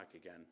again